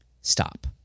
stop